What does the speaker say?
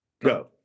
Go